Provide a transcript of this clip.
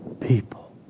people